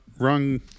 wrong